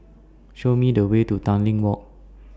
Show Me The Way to Tanglin Walk